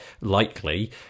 likely